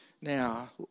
Now